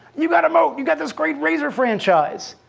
you've got a moat! you've got this great razr franchise!